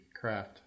craft